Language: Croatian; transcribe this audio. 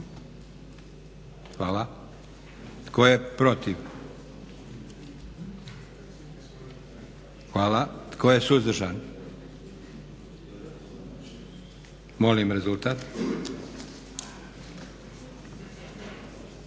Hvala. Tko je protiv? Hvala. Tko je suzdržan? Hvala. Molim rezultat.